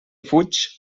fuig